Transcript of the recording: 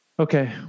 Okay